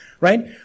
right